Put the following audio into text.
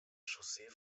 chaussee